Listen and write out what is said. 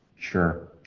Sure